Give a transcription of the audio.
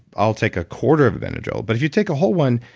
i'll take a quarter of a benadryl. but if you take a whole one,